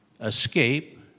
escape